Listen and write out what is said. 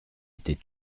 était